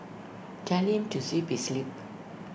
tell him to zip his lip